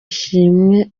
ishimwe